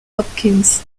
hopkins